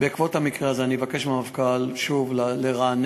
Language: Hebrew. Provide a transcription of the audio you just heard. בעקבות המקרה הזה אני אבקש מהמפכ"ל שוב לרענן,